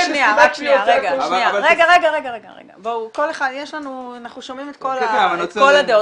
אנחנו שומעים את כל הדעות.